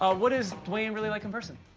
ah what is dwayne really like in person?